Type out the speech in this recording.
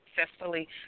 successfully